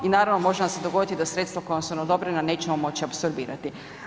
I naravno može nam se dogoditi da sredstva koja su nam odobrena nećemo moći apsorbirati.